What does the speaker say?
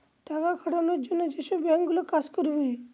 টাকা খাটানোর জন্য যেসব বাঙ্ক গুলো কাজ করে